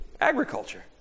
agriculture